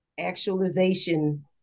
actualization